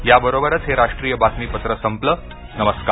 याबरोबरच हे राष्ट्रीय बातमीपत्र संपल नमस्कार